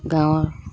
গাঁৱৰ